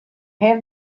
have